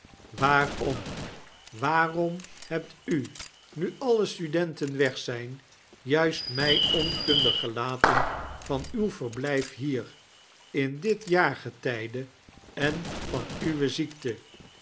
om waarom hebt u nil lle studenten weg zijn jui-s't mij onkundig gelaten van uw verbliji hier in dit jaargetijde en van uwe'ziekte